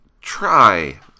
try